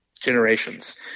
generations